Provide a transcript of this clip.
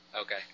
Okay